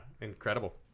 incredible